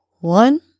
one